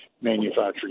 manufacturing